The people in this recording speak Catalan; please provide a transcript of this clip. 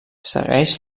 segueix